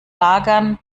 lagern